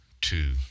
two